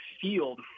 field